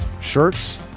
Shirts